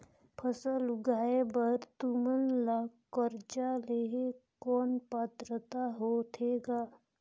फसल उगाय बर तू मन ला कर्जा लेहे कौन पात्रता होथे ग?